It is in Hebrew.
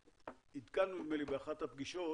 עדכנו, נדמה לי באחת הפגישות,